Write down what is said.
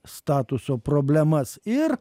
statuso problemas ir